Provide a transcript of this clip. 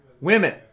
women